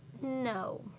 no